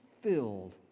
filled